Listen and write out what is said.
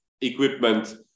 equipment